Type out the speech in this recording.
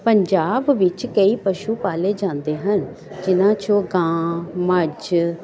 ਪੰਜਾਬ ਵਿੱਚ ਕਈ ਪਸ਼ੂ ਪਾਲੇ ਜਾਂਦੇ ਹਨ ਜਿਹਨਾਂ 'ਚੋਂ ਗਾਂ ਮੱਝ